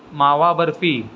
मावा बर्फी